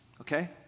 okay